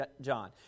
John